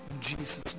Jesus